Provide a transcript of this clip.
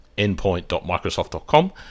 endpoint.microsoft.com